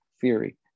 theory